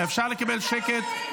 אפשר לקבל שקט?